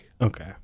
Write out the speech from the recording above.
Okay